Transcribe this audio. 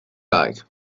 like